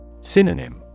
Synonym